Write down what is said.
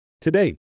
Today